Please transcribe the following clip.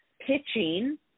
pitching